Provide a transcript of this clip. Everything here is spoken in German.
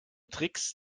tricks